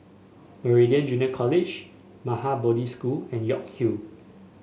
Meridian Junior College Maha Bodhi School and York Hill